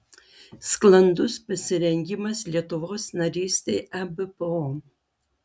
sklandus pasirengimas lietuvos narystei ebpo